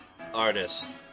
Artist